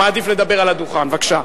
הוא מעדיף לדבר על הדוכן, בבקשה.